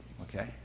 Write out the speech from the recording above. okay